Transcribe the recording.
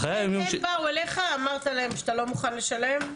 כשהם באו אליך, אמרת להם שאתה לא מוכן לשלם?